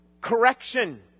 correction